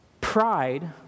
Pride